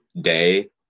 day